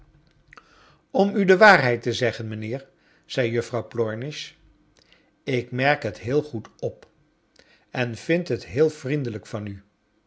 om u de waarheid te zeggen mijnheer zei juffrouw plornish ik merk het heel goed op en vind het heel vriendelijk van u